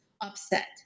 upset